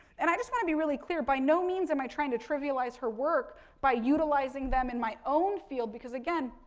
and, i just want to be really clear. by no means am i trying to trivialize her work by utilizing them in my own field. because, again,